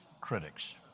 critics